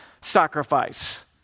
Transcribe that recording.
sacrifice